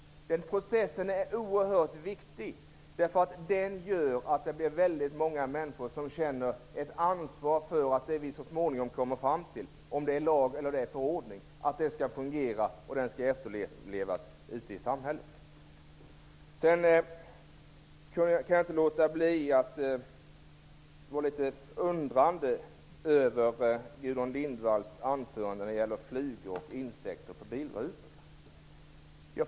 Den processen är oerhört viktig. Den gör att många människor känner ett ansvar för att det som vi så småningom kommer fram till - lag eller förordning - fungerar och efterlevs ute i samhället. Jag kan inte låta bli att vara litet undrande över Gudrun Lindvalls anförande när det gäller flugor och insekter på bilrutor.